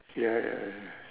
ya ya ya